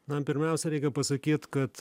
na pirmiausia reikia pasakyt kad